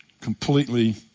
completely